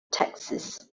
texas